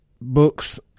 books